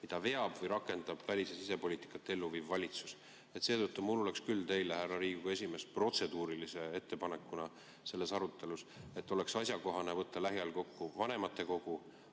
seda veab või rakendab välis- ja sisepoliitikat ellu viiv valitsus. Seetõttu oleks mul küll teile, härra Riigikogu esimees, protseduuriline ettepanek selles arutelus, et oleks asjakohane võtta lähiajal kokku vanematekogu,